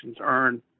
earn